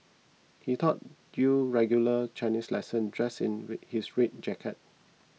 he taught you regular Chinese lesson dressed in red his red jacket